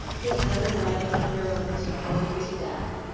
his letter-writing heroines would bore you to death.